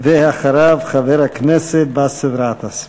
אחריו, חבר הכנסת באסל גטאס.